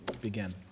begin